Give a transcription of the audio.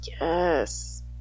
Yes